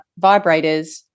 vibrators